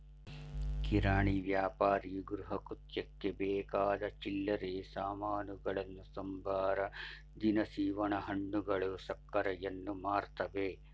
ಕಿರಾಣಿ ವ್ಯಾಪಾರಿಯು ಗೃಹಕೃತ್ಯಕ್ಕೆ ಬೇಕಾದ ಚಿಲ್ಲರೆ ಸಾಮಾನುಗಳನ್ನು ಸಂಬಾರ ದಿನಸಿ ಒಣಹಣ್ಣುಗಳು ಸಕ್ಕರೆಯನ್ನು ಮಾರ್ತವೆ